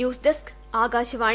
news desk Akashvani